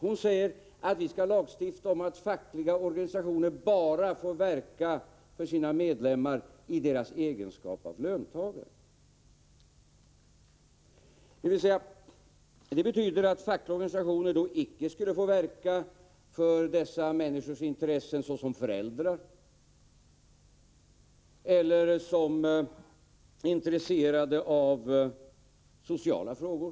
Hon säger att vi skall lagstifta om att fackliga organisationer bara får verka för sina medlemmar i deras egenskap av löntagare. Det betyder att fackliga organisationer icke skulle få verka för sina medlemmars intressen i de fall medlemmarna uppträder som föräldrar eller som personer, intresserade av sociala frågor.